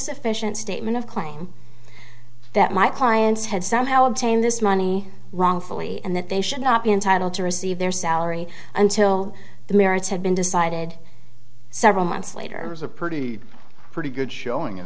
sufficient statement of claim that my clients had somehow obtained this money wrongfully and that they should not be entitled to receive their salary until the merits had been decided several months later was a pretty pretty good showing of